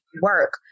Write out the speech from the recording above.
work